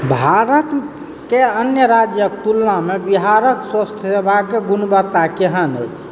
भारतके अन्य राज्यक तुलनामे बिहारक स्वस्थ सेवाके गुणवत्ता केहन अछि